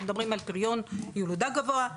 אנחנו מדברים על פריון ילודה גבוה,